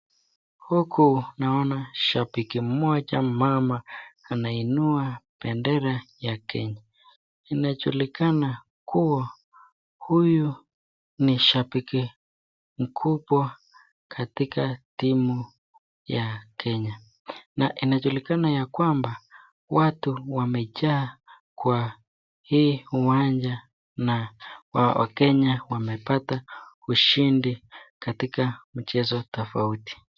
Huku naona shabiki mmoja mama anainua bendera ya Kenya. Inajulikana kuwa huyu ni shabiki mkubwa katika timu ya Kenya. Na inajulikana ya kwamba watu wamejaa kwa hii uwanja na Wakenya wamepata ushindi katika mchezo tofauti.